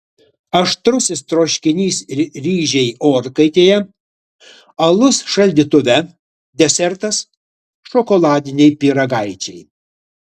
aštrusis troškinys ir ryžiai orkaitėje alus šaldytuve desertas šokoladiniai pyragaičiai